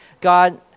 God